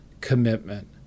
commitment